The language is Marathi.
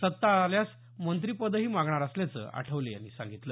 सत्ता आल्यास मंत्रीपदही मागणार असल्याचं आठवले यांनी सांगितलं